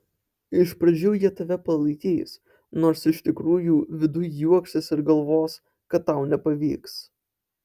iš pradžių jie tave palaikys nors iš tikrųjų viduj juoksis ir galvos kad tau nepavyks